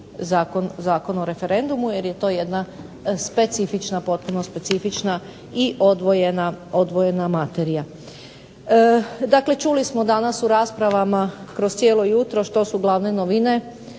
Zakon o referendumu jer je to jedna specifična, potpuno specifična i odvojena materija. Dakle, čuli smo danas u raspravama kroz cijelo jutro što su glavne novine